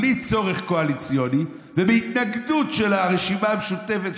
בלי צורך קואליציוני ובהתנגדות של הרשימה המשותפת,